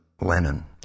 Lennon